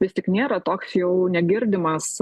vis tik nėra toks jau negirdimas